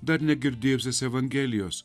dar negirdėjusius evangelijos